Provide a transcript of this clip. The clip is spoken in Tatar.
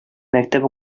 мәктәп